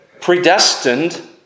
predestined